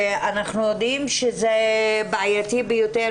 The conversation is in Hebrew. אנחנו יודעים שזה בעייתי ביותר,